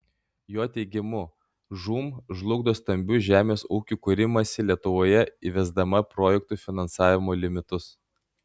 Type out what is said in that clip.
jo teigimu žūm žlugdo stambių žemės ūkių kūrimąsi lietuvoje įvesdama projektų finansavimo limitus